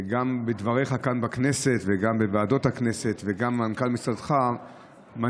גם אתה בדבריך כאן בכנסת וגם בוועדות הכנסת וגם מנכ"ל משרדך מניתם